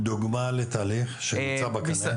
דוגמא לתהליך שנמצא בקנה?